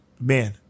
Man